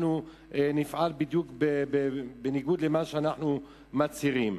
אנחנו נפעל בדיוק בניגוד למה שאנחנו מצהירים.